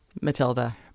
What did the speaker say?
Matilda